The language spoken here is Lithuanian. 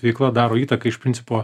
veikla daro įtaką iš principo